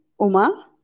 Uma